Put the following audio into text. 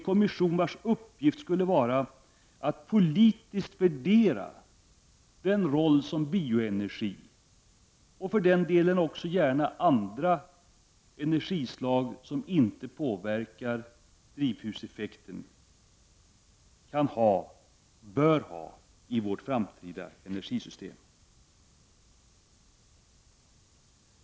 Kommissionens uppgift skall vara att politiskt värdera den roll som bioenergin, och för den delen även andra energislag som inte påverkar drivhuseffekten, bör ha i vårt framtida energisystem. Herr talman!